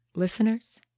listeners